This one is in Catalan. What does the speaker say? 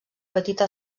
petita